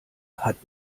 hat